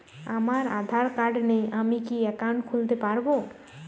আমার আধার কার্ড নেই আমি কি একাউন্ট খুলতে পারব?